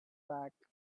back